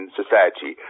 society